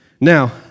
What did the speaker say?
Now